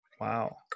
Wow